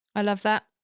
i love that.